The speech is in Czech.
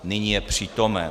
Nyní je přítomen.